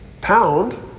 pound